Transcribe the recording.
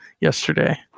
yesterday